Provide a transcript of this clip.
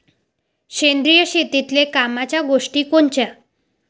सेंद्रिय शेतीतले कामाच्या गोष्टी कोनच्या?